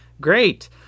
Great